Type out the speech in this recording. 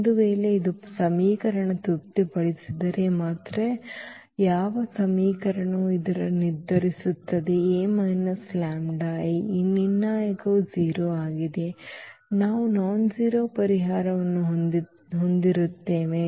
ಒಂದು ವೇಳೆ ಇದು ಸಮೀಕರಣವನ್ನು ತೃಪ್ತಿಪಡಿಸಿದರೆ ಮಾತ್ರ ಯಾವ ಸಮೀಕರಣವು ಇದನ್ನು ನಿರ್ಧರಿಸುತ್ತದೆ A λI ಈ ನಿರ್ಣಾಯಕವು 0 ಆಗಿದ್ದರೆ ನಾವು ಕ್ಷುಲ್ಲಕವಲ್ಲದ ಪರಿಹಾರವನ್ನು ಹೊಂದಿರುತ್ತೇವೆ